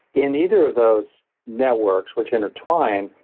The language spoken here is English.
in either of those networks which intertwine,